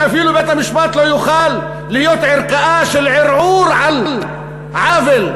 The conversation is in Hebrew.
שאפילו בית-המשפט לא יוכל להיות ערכאה של ערעור על עוול,